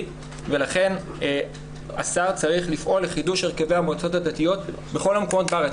ולכן השר צריך לפעול לחידוש הרכבי המועצות הדתיות בכל המקומות בארץ.